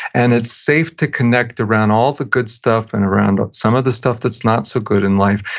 and it's safe to connect around all the good stuff, and around some of the stuff that's not so good in life,